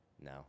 No